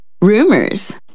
Rumors